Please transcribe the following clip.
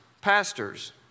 Pastors